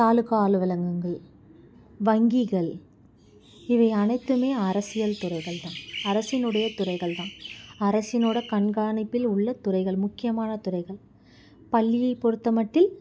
தாலுக்கா அலுவலகங்கள் வங்கிகள் இவை அனைத்துமே அரசியல்துறைகள்தான் அரசினுடைய துறைகள்தான் அரசினோட கண்காணிப்பில் உள்ள துறைகள் முக்கியமான துறைகள் பள்ளியில் பொறுத்தமட்டில்